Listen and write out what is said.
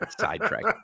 sidetrack